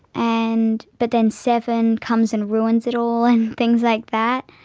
and but then seven comes and ruins it all, and things like that.